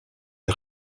est